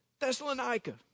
Thessalonica